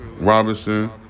Robinson